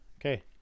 Okay